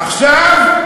עכשיו,